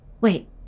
Wait